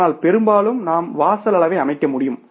ஆனால் பெரும்பாலும் நாம் வாசல் அளவை அமைக்க முடியும்